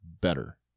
better